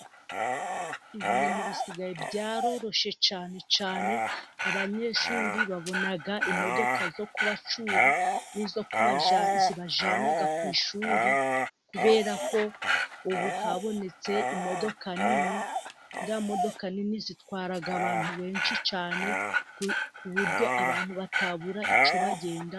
Ibintu bisigaye byaroroshye, cyane cyane abanyeshuri babona imodoka zo kubacyura n'izo kubajyana ku ishuri. Kubera ko ubu habonetse imodoka nini. Ziriya modoka nini zitwara abantu benshi cyane, ku buryo abantu batabura icyo bagendamo.